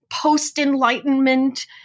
post-Enlightenment